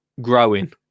growing